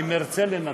ארצה לנצל.